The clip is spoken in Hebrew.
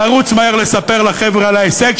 לרוץ מהר לספר לחבר'ה על ההישג,